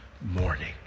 morning